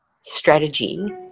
strategy